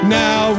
now